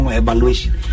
evaluation